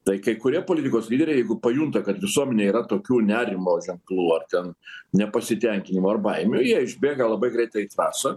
tai kai kurie politikos lyderiai jeigu pajunta kad visuomenėj yra tokių nerimo ženklų ar ten nepasitenkinimo ar baimių jie išbėga labai greitai į trasą